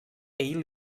ell